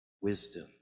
Wisdom